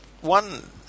one